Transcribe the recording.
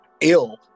ill